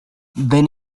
ben